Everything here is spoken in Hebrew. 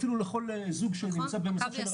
אפילו לכל זוג שנמצא במעקב של היריון שאפשר לעשות בבית.